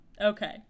Okay